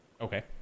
Okay